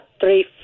three